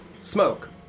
smoke